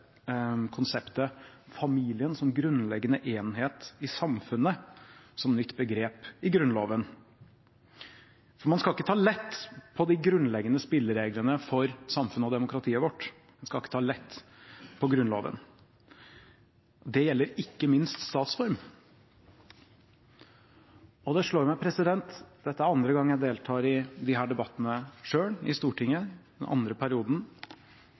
konseptet «familien er en grunnleggende enhet i samfunnet» som en ny formulering i Grunnloven. Man skal ikke ta lett på de grunnleggende spillereglene for samfunnet og demokratiet vårt. Man skal ikke ta lett på Grunnloven. Det gjelder ikke minst spørsmålet om statsform. Dette er den andre gangen, og i den andre perioden, jeg deltar i denne debatten selv i Stortinget,